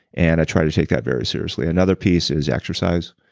and i try to take that very seriously another piece is exercise.